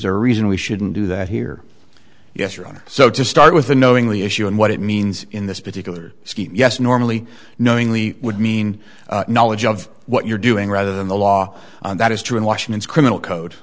there a reason we shouldn't do that here yes your honor so to start with the knowingly issue and what it means in this particular scheme yes normally knowingly would mean knowledge of what you're doing rather than the law that is true in washington's criminal code